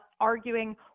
arguing